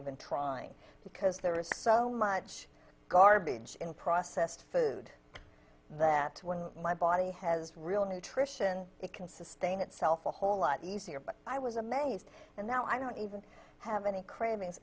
even trying because there is so much garbage in processed food that when my body has real nutrition it can sustain itself a whole lot easier but i was amazed and now i don't even have any